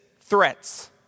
threats